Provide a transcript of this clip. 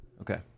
Okay